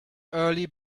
early